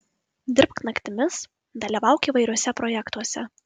dirbk naktimis dalyvauk įvairiuose projektuose